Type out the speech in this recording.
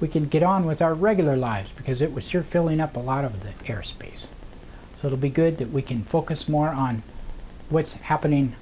we can get on with our regular lives because it was you're filling up a lot of the air space it'll be good that we can focus more on what's happening